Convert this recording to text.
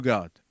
God